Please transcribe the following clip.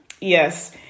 Yes